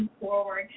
forward